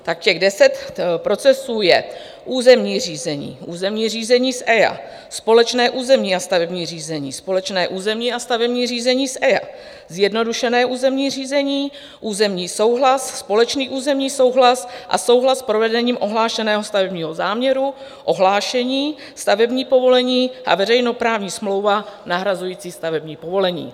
Tak těch deset procesů je: územní řízení, územní řízení s EIA, společné územní a stavební řízení, společné územní a stavební řízení s EIA, zjednodušené územní řízení, územní souhlas, společný územní souhlas, souhlas s provedením ohlášeného stavebního záměru, ohlášení, stavební povolení, veřejnoprávní smlouva nahrazující stavební povolení.